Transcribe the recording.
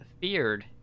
feared